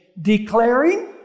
Declaring